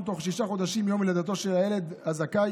תוך שישה חודשים מיום לידתו של הילד הזכאי,